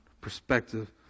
perspective